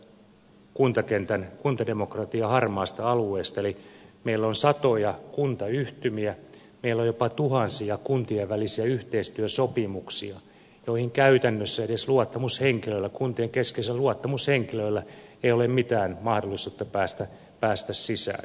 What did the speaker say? minä itse puhun tällaisesta kuntademokratian harmaasta alueesta eli meillä on satoja kuntayhtymiä meillä on jopa tuhansia kuntien välisiä yhteistyösopimuksia joihin käytännössä edes luottamushenkilöillä kuntien keskeisillä luottamushenkilöillä ei ole mitään mahdollisuutta päästä sisään